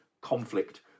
conflict